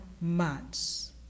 months